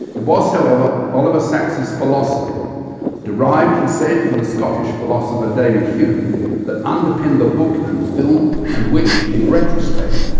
it was however, oliver sacks' philosophy derived he said from the scottish philosopher david hume that underpinned the book and film, and which, in retrospect,